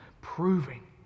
proving